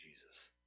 Jesus